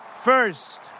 first